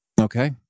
Okay